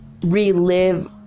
relive